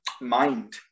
mind